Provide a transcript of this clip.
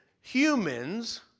humans